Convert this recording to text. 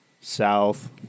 south